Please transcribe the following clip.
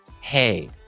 hey